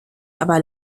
aber